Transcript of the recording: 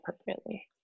appropriately